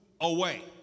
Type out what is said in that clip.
away